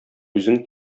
үзең